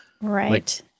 Right